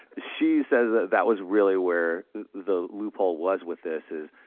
she says that that was really where the loophole was with this is,